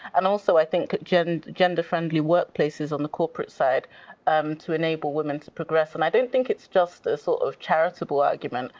and also, i think, and gender-friendly workplaces on the corporate side to enable women to progress. and i don't think it's just a sort of charitable argument.